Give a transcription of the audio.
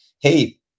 hey